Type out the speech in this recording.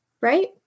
Right